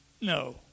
No